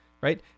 right